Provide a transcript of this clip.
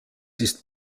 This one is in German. ist